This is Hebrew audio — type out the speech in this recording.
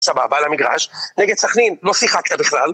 סבבה, על המגרש. נגד סכנין לא שיחקת בכלל.